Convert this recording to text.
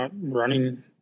running